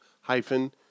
hyphen